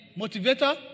motivator